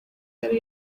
yari